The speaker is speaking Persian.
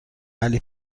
علی